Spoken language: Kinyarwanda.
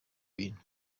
bintu